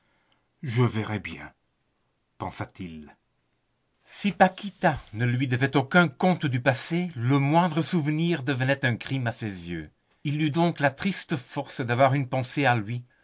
je verrai bien pensa-t-il si paquita ne lui devait aucun compte du passé le moindre souvenir devenait un crime à ses yeux il eut donc la triste force d'avoir une pensée à lui